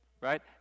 right